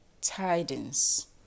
tidings